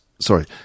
sorry